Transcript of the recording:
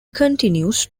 continues